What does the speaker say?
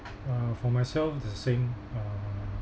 uh for myself it's the same uh